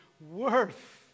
worth